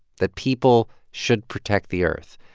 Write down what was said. that people should protect the earth.